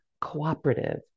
cooperative